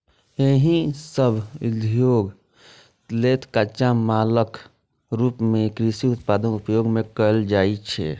एहि सभ उद्योग लेल कच्चा मालक रूप मे कृषि उत्पादक उपयोग कैल जाइ छै